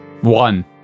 One